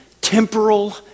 temporal